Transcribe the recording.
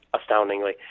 astoundingly